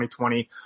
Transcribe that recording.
2020